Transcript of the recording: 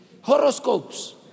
horoscopes